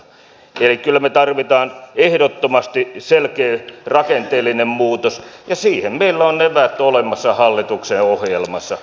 eli kyllä me tarvitsemme ehdottomasti selkeän rakenteellisen muutoksen ja siihen meillä on eväät olemassa hallituksen ohjelmassa